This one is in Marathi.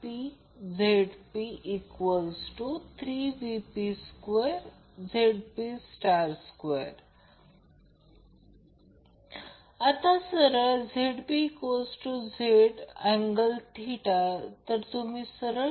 मग जर ते बनवले तर ते √ 3 VL I L cos j √ 3 VL I L sin होईल